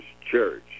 church